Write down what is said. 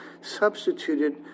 substituted